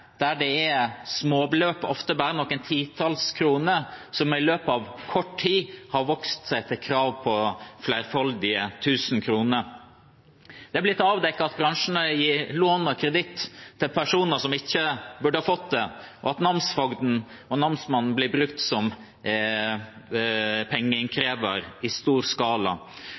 der småbeløp, ofte bare noen titalls kroner, i løpet av kort tid har vokst seg til krav på flerfoldige tusen kroner. Det har blitt avdekket at bransjen gir lån og kreditt til personer som ikke burde ha fått det, og at namsfogden og namsmannen blir brukt som pengeinnkrevere i stor skala.